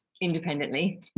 independently